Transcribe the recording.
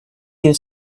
you